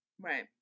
Right